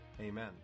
Amen